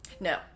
No